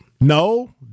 No